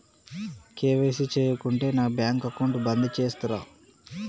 KYC చేయకుంటే నా bank account బంద్ చేస్తరా?